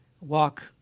walk